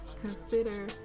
consider